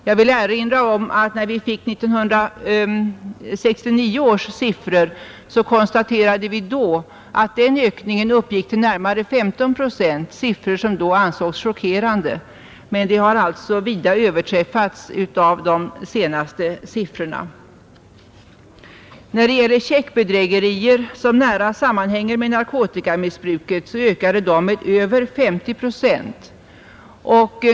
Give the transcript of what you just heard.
Jag vill erinra om att när vi fick 1969 års siffror, så konstaterade vi att ökningen från föregående år då uppgick till närmare 15 procent, en siffra som då ansågs chockerande. Men den har alltså vida överträffats av den senaste uppgiften. Checkbedrägerierna, som nära sammanhänger med narkotikamissbruket, ökade med över 50 procent.